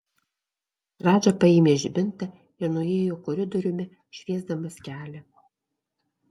radža paėmė žibintą ir nuėjo koridoriumi šviesdamas kelią